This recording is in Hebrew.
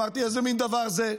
אמרתי: איזה מן דבר זה?